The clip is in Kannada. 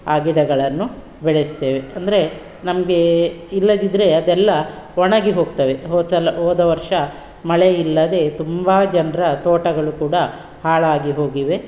ಆ ಗಿಡಗಳನ್ನು ಬೆಳೆಸ್ತೇವೆ ಅಂದರೆ ನಮಗೆ ಇಲ್ಲದಿದ್ದರೆ ಅದೆಲ್ಲ ಒಣಗಿ ಹೋಗ್ತವೆ ಹೋದ ಸಲ ಹೋದ ವರ್ಷ ಮಳೆ ಇಲ್ಲದೆ ತುಂಬ ಜನ್ರ ತೋಟಗಳು ಕೂಡ ಹಾಳಾಗಿ ಹೋಗಿವೆ